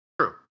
True